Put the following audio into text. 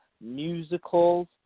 musicals